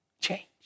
change